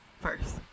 first